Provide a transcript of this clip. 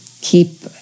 keep